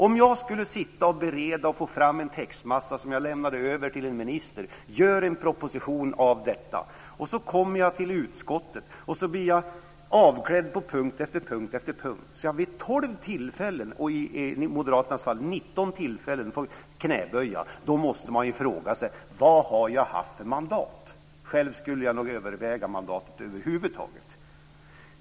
Om jag skulle bereda en textmassa som jag lämnar över till min minister, som gör en proposition av detta, och jag sedan kommer till utskottet och blir avklädd på punkt efter punkt, så att jag vid tolv tillfällen - i moderaternas fall 19 tillfällen - får knäböja, måste jag fråga mig vad jag har haft för mandat. Själv skulle jag över huvud taget överväga mandatet.